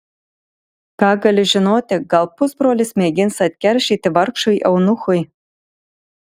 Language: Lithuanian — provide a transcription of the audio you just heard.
ką gali žinoti gal pusbrolis mėgins atkeršyti vargšui eunuchui